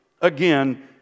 again